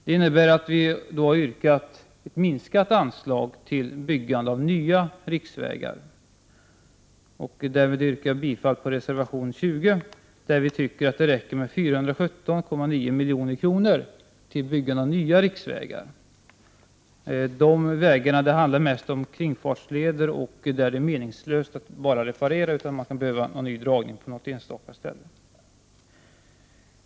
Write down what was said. Det innebär att vi har yrkat ett minskat anslag till byggande av nya riksvägar. Jag yrkar bifall till reservation 20, där vi säger att det räcker med 417,9 milj.kr. till byggande av nya riksvägar. Det handlar mest om kringfartsleder, där det är meningslöst att bara reparera och där man kan behöva en ny dragning på något enstaka ställe.